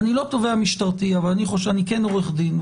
ואני לא תובע משטרתי אבל אני כן עורך דין,